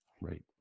Right